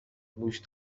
موش